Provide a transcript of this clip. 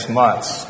months